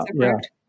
correct